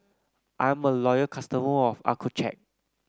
I'm a loyal customer of Accucheck